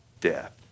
death